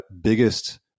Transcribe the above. biggest